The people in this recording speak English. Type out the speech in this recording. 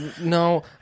no